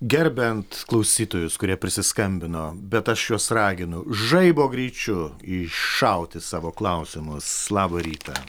gerbiant klausytojus kurie prisiskambino bet aš juos raginu žaibo greičiu iššauti savo klausimus labą rytą